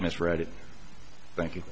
misread it thank you